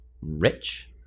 rich